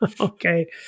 Okay